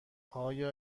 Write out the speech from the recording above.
آیا